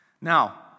now